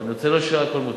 עם ניצולי שואה הכול מותר,